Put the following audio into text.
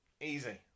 easy